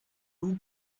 vous